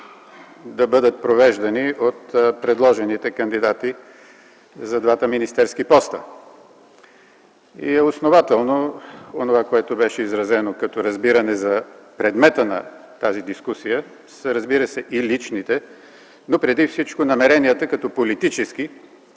да бъдат провеждани от предложените кандидати за двата министерски поста. И е основателно онова, което беше изразено като разбиране за предмета на тази дискусия, за разбира се и личните, но преди всичко политическите